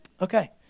Okay